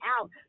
out